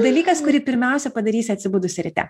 dalykas kurį pirmiausia padarysi atsibudusi ryte